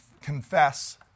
confess